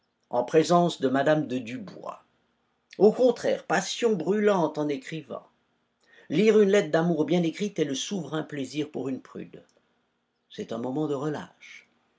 en présence de mme de dubois au contraire passion brûlante en écrivant lire une lettre d'amour bien écrite est le souverain plaisir pour une prude c'est un moment de relâche